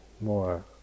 more